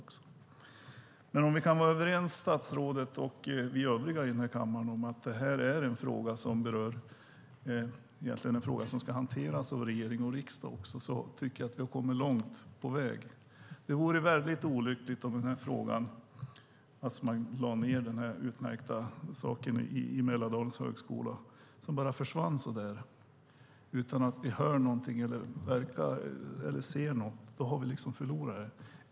Om vi, statsrådet och vi övriga i kammaren, kan vara överens om att detta är en fråga som egentligen ska hanteras av regering och riksdag tycker jag att vi har kommit långt. Det vore väldigt olyckligt om detta utmärkta centrum vid Mälardalens högskola lades ned så att den liksom bara försvann, utan att vi hörde något eller såg något. Då har vi liksom förlorat det.